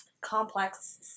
complex